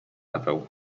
ewę